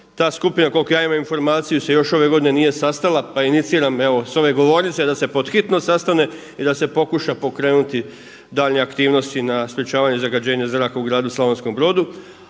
Ta skupina koliku ja imam informaciju se još ove godine nije sastala pa iniciram evo s ove govornice da se podhitno sastane i da se pokuša pokrenuti daljnje aktivnosti na sprječavanju zagađenja zraka u gradu Slavonskom Brodu.